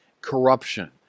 corruption